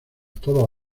todos